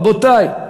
רבותי,